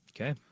Okay